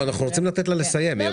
אנחנו רוצים לתת לה לסיים.